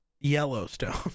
Yellowstone